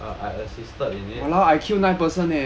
uh I assisted in it